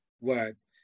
words